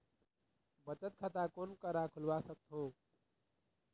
बचत खाता कोन करा खुलवा सकथौं?